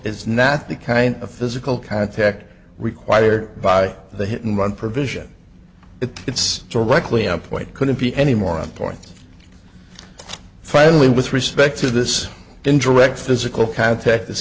is not the kind of physical contact required by the hit and run provision if it's directly on point couldn't be any more important friendly with respect to this indirect physical contact